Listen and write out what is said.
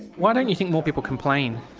why don't you think more people complain?